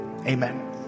amen